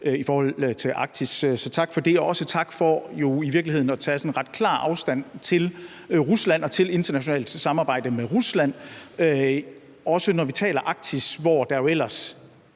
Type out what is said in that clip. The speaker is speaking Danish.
i forhold til Arktis. Så tak for det. Også tak for i virkeligheden at tage sådan ret klar afstand til Rusland og til internationalt samarbejde med Rusland, også når vi taler Arktis, hvor der jo ellers